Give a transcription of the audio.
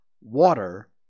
water